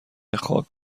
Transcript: خاک